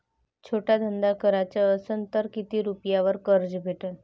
छोटा धंदा कराचा असन तर किती रुप्यावर कर्ज भेटन?